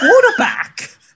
quarterback